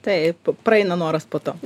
taip praeina noras po to